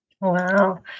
Wow